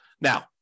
Now